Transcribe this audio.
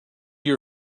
your